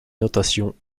notation